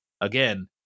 again